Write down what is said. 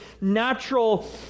natural